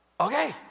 Okay